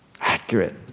Accurate